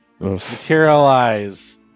Materialize